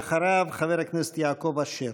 אדוני, ואחריו, חבר הכנסת יעקב אשר.